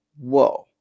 whoa